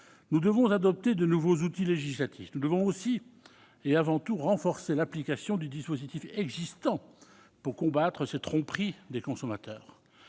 Nous devons adopter de nouveaux outils législatifs. Nous devons aussi, et avant tout, renforcer l'application du dispositif existant pour combattre ces tromperies des consommateurs.